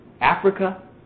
Africa